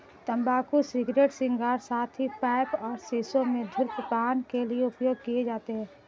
तंबाकू cigarette, cigar, साथ ही पाइप और शीशों में धूम्रपान के लिए उपयोग किए जाते हैं